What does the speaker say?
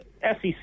SEC